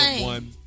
one